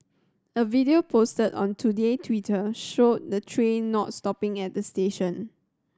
a video posted on Today Twitter showed the train not stopping at the station